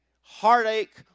heartache